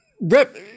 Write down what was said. rep